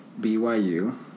BYU